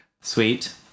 Sweet